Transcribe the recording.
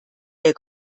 der